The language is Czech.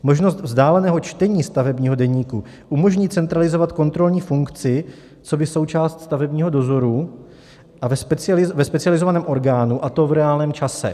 Možnost vzdáleného čtení stavebního deníku umožní centralizovat kontrolní funkci coby součást stavebního dozoru ve specializovaném orgánu, a to v reálném čase.